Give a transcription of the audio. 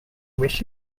wish